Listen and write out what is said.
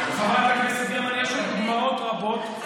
יש לי דוגמאות רבות,